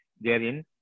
therein